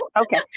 Okay